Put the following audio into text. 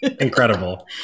Incredible